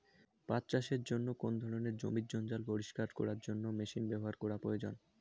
পাট চাষে কোন ধরনের জমির জঞ্জাল পরিষ্কারের জন্য মেশিন ব্যবহার করা প্রয়োজন?